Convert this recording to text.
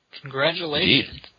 Congratulations